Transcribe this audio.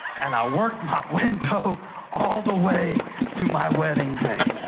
and i worked my window all the way to my wedding day.